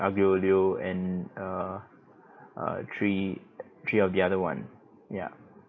aglio olio and err uh three three of the other one ya